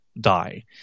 die